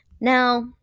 Now